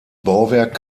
bauwerk